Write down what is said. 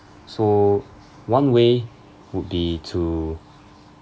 so one way would be to